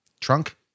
trunk